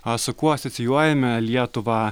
a su kuo asocijuojame lietuvą